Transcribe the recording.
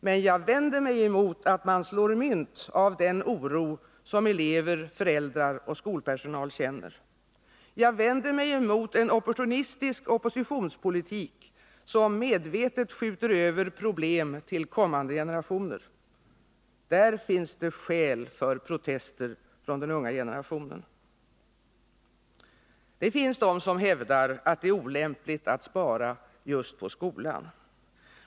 Men jag vänder mig emot att man slår mynt av den oro som elever, föräldrar och skolpersonal känner. Jag vänder mig emot en opportunistisk oppositionspolitik, som medvetet skjuter över problem till kommande generationer. Där finns det skäl för protester från den unga generationen! Det finns de som hävdar att det är olämpligt att spara just på skolan.